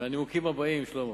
מהנימוקים הבאים, שלמה: